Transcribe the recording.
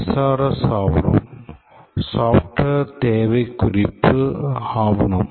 SRS ஆவணம் software தேவை விவரக்குறிப்பு ஆவணம்